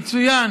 יצוין